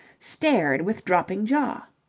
stared with dropping jaw.